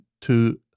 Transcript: two